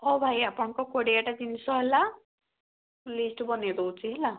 ହେଉ ଭାଇ ଆପଣଙ୍କ କୋଡ଼ିଏଟା ଜିନିଷ ହେଲା ଲିଷ୍ଟ ବନେଇ ଦେଉଛି ହେଲା